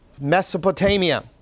Mesopotamia